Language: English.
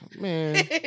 Man